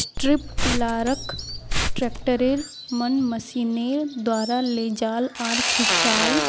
strip टीलारक ट्रैक्टरेर मन मशीनेर द्वारा लेजाल आर खींचाल